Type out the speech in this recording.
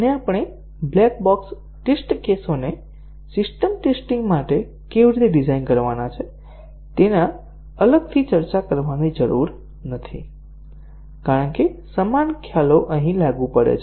અને આપણે black box test કેસોને સિસ્ટમ ટેસ્ટિંગ માટે કેવી રીતે ડિઝાઇન કરવાના છે તેની અલગથી ચર્ચા કરવાની જરૂર નથી કારણ કે સમાન ખ્યાલો અહીં લાગુ પડે છે